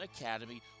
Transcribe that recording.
Academy